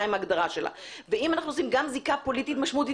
עם ההגדרה שלה ואם אנחנו עושים גם זיקה פוליטית משמעותית,